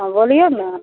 बोलिऔ ने